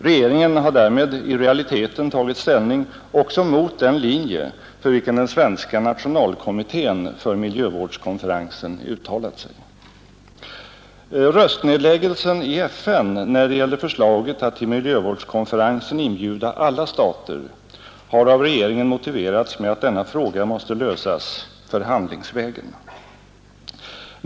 Regeringen har därmed i realiteten tagit ställning också mot den linje för vilken den svenska nationalkommittén för miljövårdskonferensen uttalat sig. Röstnedläggelsen i FN när det gällde förslaget att till miljövårdskonferensen inbjuda alla stater har av regeringen motiverats med att denna fråga måste lösas förhandlingsvägen.